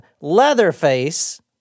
Leatherface